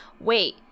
wait